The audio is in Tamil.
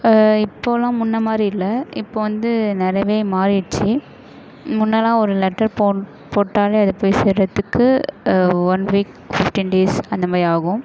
இப்போதெலாம் முன்னமாதிரி இல்லை இப்போது வந்து நிறையவே மாறிடுச்சு முன்னெலாம் ஒரு லெட்டர் போட் போட்டாலே அது போய் சேர்றத்துக்கு ஒன் வீக் ஃபிஃப்ட்டின் டேஸ் அந்த மாதிரி ஆகும்